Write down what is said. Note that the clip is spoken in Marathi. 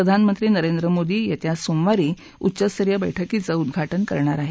प्रधानमंत्री नरेन्द्र मोदी येत्या सोमवारी उच्चस्तरीय बैठकीचं उद्घा जे करणार आहेत